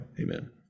Amen